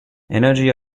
energy